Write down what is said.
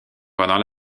pendant